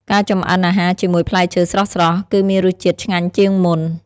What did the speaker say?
ការចម្អិនអាហារជាមួយផ្លែឈើស្រស់ៗគឺមានរសជាតិឆ្ងាញ់ជាងមុន។